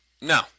no